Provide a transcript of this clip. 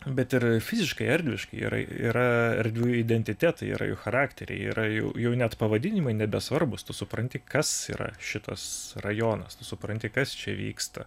bet ir fiziškai erdviškai yra yra erdvių identitetai yra jų charakteriai yra jau jau net pavadinimai nebesvarbūs tu supranti kas yra šitas rajonas supranti kas čia vyksta